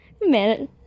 man